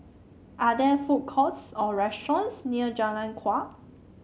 are there food courts or restaurants near Jalan Kuak